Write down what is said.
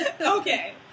Okay